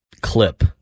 clip